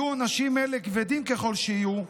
יהיו עונשים אלה כבדים ככל שיהיו,